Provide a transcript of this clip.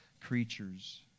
creatures